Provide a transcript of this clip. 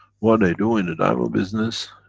what they do in the diamond business